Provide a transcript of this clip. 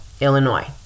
Illinois